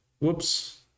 Whoops